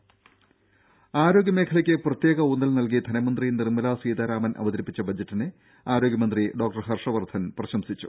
ദ്ദേ ആരോഗ്യ മേഖലക്ക് പ്രത്യേക ഊന്നൽ നൽകി ധനമന്ത്രി നിർമല സീതാരാമൻ അവതരിപ്പിച്ച ബജറ്റിനെ ആരോഗ്യ മന്ത്രി ഡോക്ടർ ഹർഷ വർദ്ധൻ പ്രശംസിച്ചു